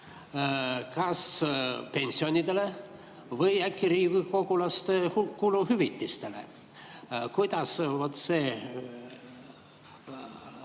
kas pensionidele või äkki riigikogulaste kuluhüvitistele? Kuidas